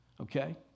Okay